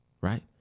Right